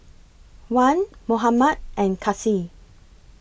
Wan Muhammad and Kasih